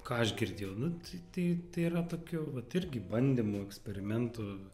ką aš girdėjau nu tai tai tai yra tokio vat irgi bandymų eksperimentų